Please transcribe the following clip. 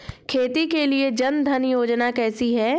खेती के लिए जन धन योजना कैसी है?